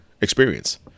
experience